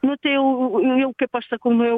nu tai jau nu jau kaip aš sakau nu jau